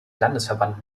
landesverband